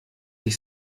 ich